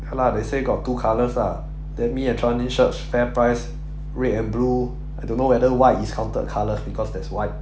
ya lah they say got two colours ah then me and chuan yin search FairPrice red and blue I don't know whether white is counted colour because there's white